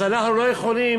אז אנחנו לא יכולים